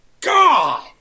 God